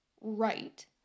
right